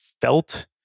felt